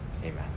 amen